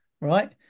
right